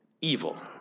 evil